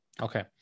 okay